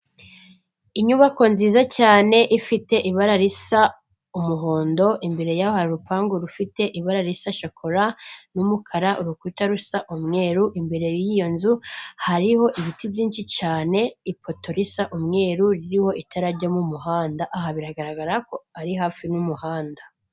Inyubako nziza cyane ifite ibara risa umuhondo, imbere yaho hari urupangu rufite ibara risa shokora n'umukara urukuta rusa umweru, imbere y'iyo nzu hariho ibiti byinshi cyane, ipoto risa umweru ririho itara ryo mu muhanda aha biragaragara ko ari hafi n'umuhanda.